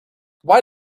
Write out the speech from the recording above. why